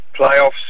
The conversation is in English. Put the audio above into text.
playoffs